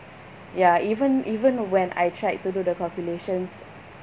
ya even even when I tried to do the calculations